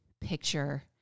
picture